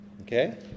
Okay